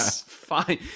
fine